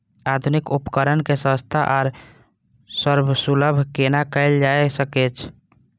आधुनिक उपकण के सस्ता आर सर्वसुलभ केना कैयल जाए सकेछ?